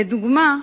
לדוגמה,